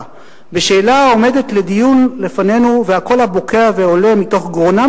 בשאלה העומדת לדיון לפנינו והקול הבוקע ועולה מתוך גרונם